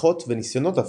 הפיכות וניסיונות הפיכה,